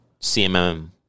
CMM